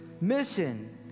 mission